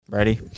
ready